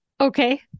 Okay